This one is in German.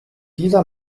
dieser